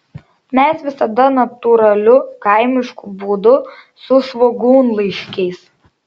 mes visada natūraliu kaimišku būdu su svogūnlaiškiais